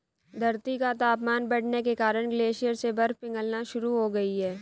धरती का तापमान बढ़ने के कारण ग्लेशियर से बर्फ पिघलना शुरू हो गयी है